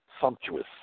sumptuous